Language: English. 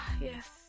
yes